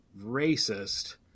racist